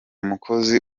mukozi